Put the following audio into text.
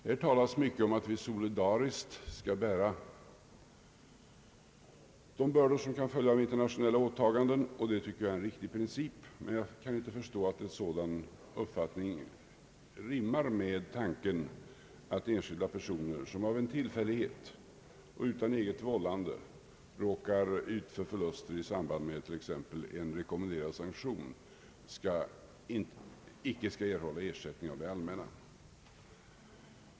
Här talas mycket om att vi solidariskt skall bära de bördor som kan följa av internationella åtaganden. Det är en riktig princip, men jag kan inte förstå att en sådan uppfattning rimmar med tanken att enskilda personer, som av en tillfällighet och utan eget förvållande råkar ut för förluster i samband med t.ex. en rekommenderad sanktion, icke skall erhålla ersättning av det allmänna.